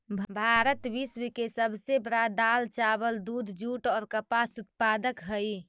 भारत विश्व के सब से बड़ा दाल, चावल, दूध, जुट और कपास उत्पादक हई